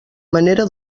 manera